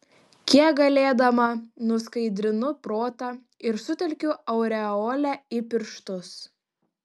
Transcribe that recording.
kiek galėdama nuskaidrinu protą ir sutelkiu aureolę į pirštus